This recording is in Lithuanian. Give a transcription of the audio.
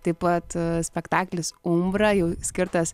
taip pat spektaklis umbura jau skirtas